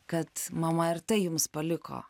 kad mama ir tai jums paliko